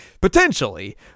Potentially